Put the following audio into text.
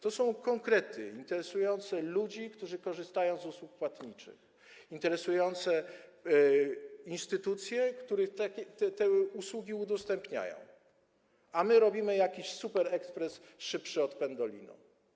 To są konkrety interesujące ludzi, którzy korzystają z usług płatniczych, i interesujące instytucje, które te usługi udostępniają, a my robimy jakiś superekspres szybszy od pendolino.